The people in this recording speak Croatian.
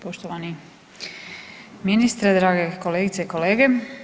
Poštovani ministre, drage kolegice i kolege.